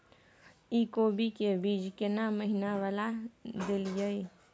इ कोबी के बीज केना महीना वाला देलियैई?